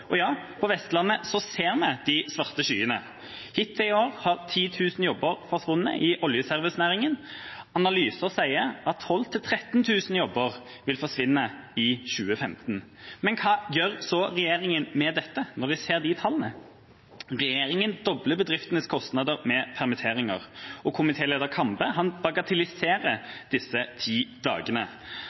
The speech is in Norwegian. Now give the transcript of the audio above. skyer. Ja, på Vestlandet ser vi disse svarte skyene. Hittil i år har 10 000 jobber forsvunnet i oljeservicenæringen. Analyser sier at 12 000–13 000 jobber vil forsvinne i 2015. Hva gjør så regjeringa med dette når man ser disse tallene? Regjeringa dobler bedriftenes kostnader med permitteringer, og komitéleder Kambe bagatelliserer disse ti dagene.